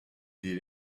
did